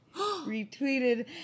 retweeted